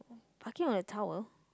barking on the towel